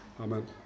Amen